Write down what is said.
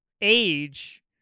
age